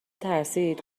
ترسید